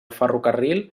ferrocarril